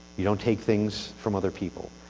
you don't take things from other people.